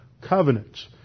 covenants